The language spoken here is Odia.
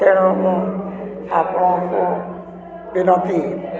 ତେଣୁ ମୁଁ ଆପଣଙ୍କୁ ବିନତି